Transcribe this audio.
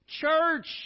Church